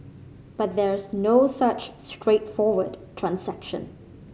but there's no such straightforward transaction